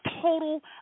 total